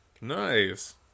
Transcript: nice